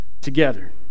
together